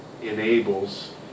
enables